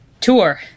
tour